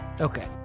Okay